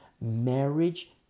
marriage